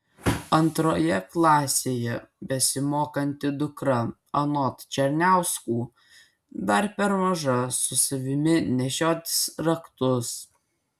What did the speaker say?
antroje klasėje besimokanti dukra anot černiauskų dar per maža su savimi nešiotis raktus